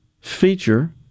feature